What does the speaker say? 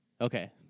Okay